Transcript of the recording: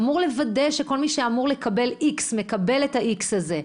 אמור לוודא שכל מי שאמור לקבל X מקבל את ה-X הזה,